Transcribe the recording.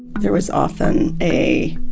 there was often a,